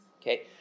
Okay